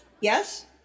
Yes